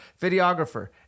videographer